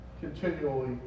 continually